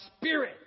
spirit